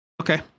Okay